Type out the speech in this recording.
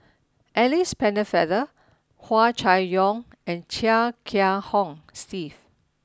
Alice Pennefather Hua Chai Yong and Chia Kiah Hong Steve